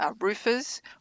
roofers